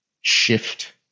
shift